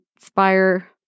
Inspire